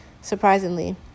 surprisingly